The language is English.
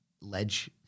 ledge